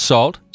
Salt